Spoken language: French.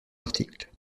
article